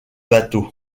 bateau